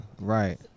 right